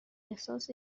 احساس